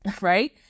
right